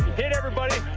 hit everybody,